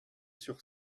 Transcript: sur